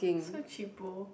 so cheapo